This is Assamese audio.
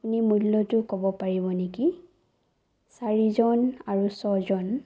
আপুনি মূল্যটো ক'ব পাৰিব নেকি চাৰিজন আৰু ছয়জন